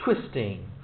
twisting